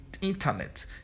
internet